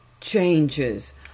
changes